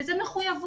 וזו מחויבות,